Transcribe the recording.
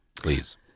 please